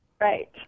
Right